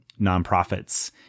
nonprofits